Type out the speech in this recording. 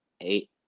eight